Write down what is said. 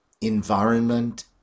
environment